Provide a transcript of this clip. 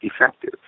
effective